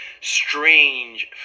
strange